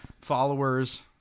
followers